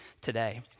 today